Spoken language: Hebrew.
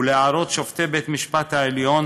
ולהערות שופטי בית-המשפט העליון,